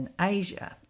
Asia